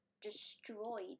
destroyed